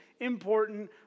important